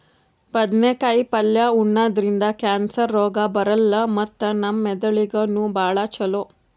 ಬದ್ನೇಕಾಯಿ ಪಲ್ಯ ಉಣದ್ರಿಂದ್ ಕ್ಯಾನ್ಸರ್ ರೋಗ್ ಬರಲ್ಲ್ ಮತ್ತ್ ನಮ್ ಮೆದಳಿಗ್ ನೂ ಭಾಳ್ ಛಲೋ